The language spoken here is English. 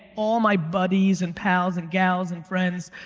all my buddies and pals and gals and friends,